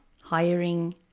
hiring